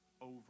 over